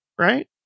right